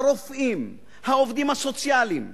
הרופאים, העובדים הסוציאליים.